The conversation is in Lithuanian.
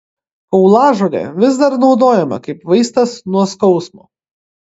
kaulažolė vis dar naudojama kaip vaistas nuo skausmo